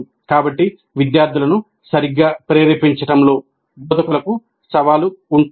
కాబట్టి విద్యార్థులను సరిగ్గా ప్రేరేపించడంలో బోధకులకు సవాలు ఉంటుంది